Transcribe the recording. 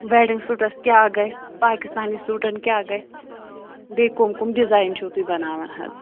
wedding suits کیٛاہ گژھِ پاکِستٲنی سوٗٹن کیٛاہ گژھِ بیٚیہِ کٕم کٕم ڈیزاین چھِو تُہۍ بَناوان حظ